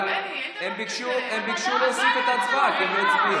הם ביקשו להוסיף את ההצבעה כי הם לא הצביעו.